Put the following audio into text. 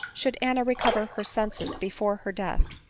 should anna recover her senses before her death,